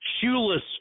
shoeless